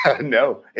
no